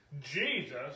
Jesus